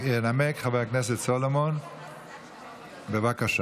בעד הצביעו 50, נגד,